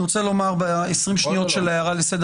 אני רוצה לומר ב-20 השניות של ההצעה לסדר